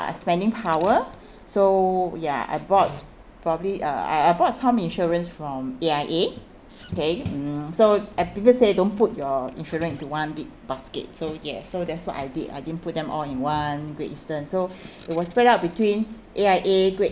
spending power so ya I bought probably uh I I bought some insurance from A_I_A okay mm so people say don't put your insurance into one big basket so yes so that's what I did I didn't put them all in one great eastern so it was spread out between A_I_A great